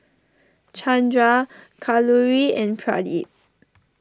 Chandra Kalluri and Pradip